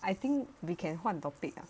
I think we can 换 topic ah